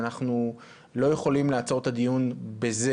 שאנחנו לא יכולים לעצור את הדיון בזה.